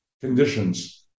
conditions